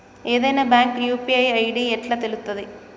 ఏదైనా bank UPI ID ఎట్లా తెలుత్తది?